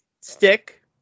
stick